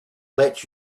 let